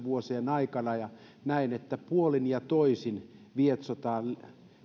vuosien aikana ja näen että puolin ja toisin lietsotaan